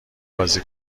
بازی